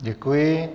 Děkuji.